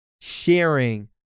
sharing